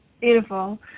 Beautiful